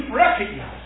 recognize